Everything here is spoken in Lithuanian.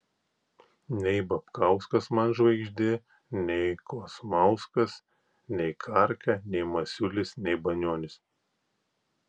nei babkauskas man žvaigždė nei kosmauskas nei karka nei masiulis nei banionis